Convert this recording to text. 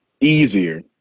easier